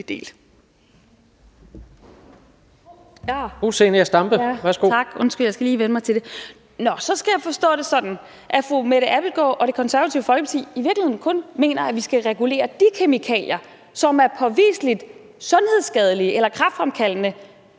17:30 Zenia Stampe (RV): Skal jeg så forstå det sådan, at fru Mette Abildgaard og Det Konservative Folkeparti i virkeligheden kun mener, at vi skal regulere de kemikalier, som er påviseligt sundhedsskadelige eller kræftfremkaldende,